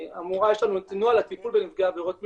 אמורה יש לנו את נוהל הטיפול בנפגעי עבירות מין,